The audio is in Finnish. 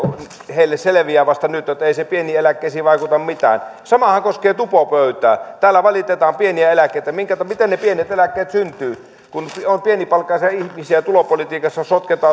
heille selviää vasta nyt että ei se pieniin eläkkeisiin vaikuta mitään samahan koskee tupopöytää täällä valitetaan pieniä eläkkeitä miten ne pienet eläkkeet syntyvät kun on pienipalkkaisia ihmisiä tulopolitiikassa